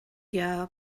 jahr